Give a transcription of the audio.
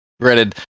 granted